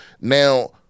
now